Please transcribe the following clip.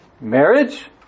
marriage